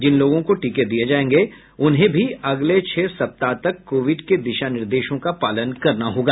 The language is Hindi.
जिन लोगों को टीके दिये जायेंगे उन्हें भी अगले छह सप्ताह तक कोविड के दिशा निर्देशों का पालन करना होगा